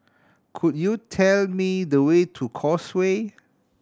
could you tell me the way to Causeway